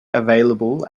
available